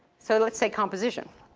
so let's say composition.